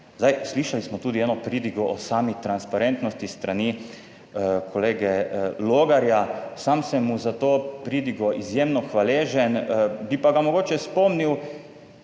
Zdaj, slišali smo tudi eno pridigo o sami transparentnosti s strani kolega Logarja. Sam sem mu za to pridigo izjemno hvaležen, bi pa ga mogoče spomnil